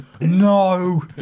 No